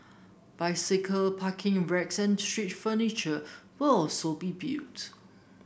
bicycle parking racks and street furniture will also be built